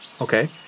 Okay